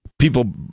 People